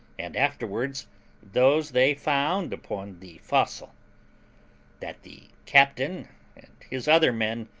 and afterwards those they found upon the forecastle that the captain and his other men,